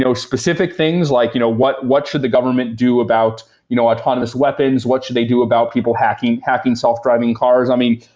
so specific things like you know what what should the government do about you know autonomous weapons, what should they do about people hacking hacking self-driving cars. i mean,